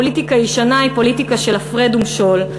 פוליטיקה ישנה היא פוליטיקה של הפרד ומשול.